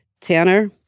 Tanner